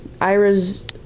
Ira's